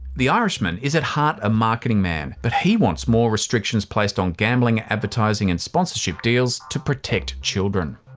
the irishman is at heart a marketing man, but he wants more restrictions placed on gambling advertising and sponsorship deals to protect children.